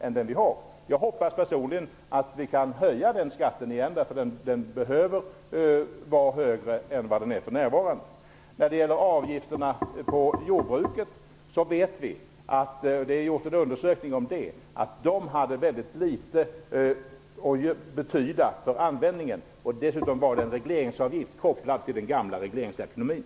Personligen hoppas jag att vi kan höja skatten igen, eftersom den behöver vara högre än vad den är för närvarande. Det har gjorts en undersökning av avgifterna på jordbruket. Dessa avgifter visade sig ha mycket liten betydelse för användningen. Dessutom var det en regleringsavgift kopplad till den gamla regleringsekonomin.